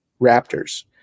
raptors